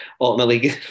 ultimately